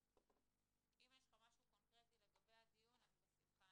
אם יש לך משהו קונקרטי לגבי הדיון, אז בשמחה.